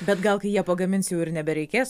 bet gal kai jie pagamins jų ir nebereikės